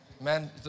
Man